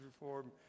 reform